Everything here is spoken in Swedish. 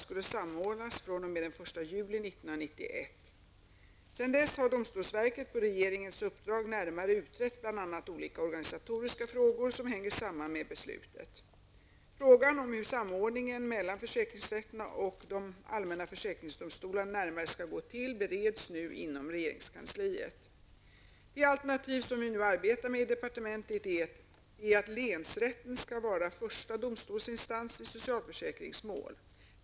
Sedan dess har domstolsverket på regeringens uppdrag närmare utrett bl.a. olika organisatoriska frågor som hänger samman med beslutet. Frågan om hur samordningen mellan försäkringsrätterna och de allmänna förvaltningsdomstolarna närmare skall gå till bereds nu inom regeringskansliet. Det alternativ som vi nu arbetar med i departementet är att länsrätten skall vara första domstolsinstans i socialförsäkringsmål.